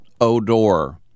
Odor